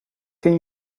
ken